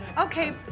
Okay